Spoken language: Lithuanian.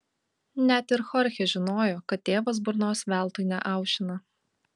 net ir chorchė žinojo kad tėvas burnos veltui neaušina